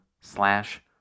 slash